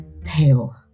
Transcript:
pale